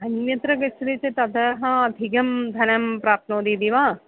अन्यत्र गच्छति चेत् अतः अधिकं धनं प्राप्नोतीति वा